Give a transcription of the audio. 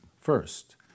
first